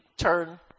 turn